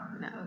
No